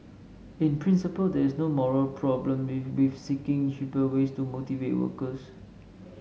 in principle there is no moral problem with seeking cheaper ways to motivate workers